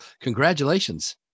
congratulations